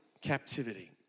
captivity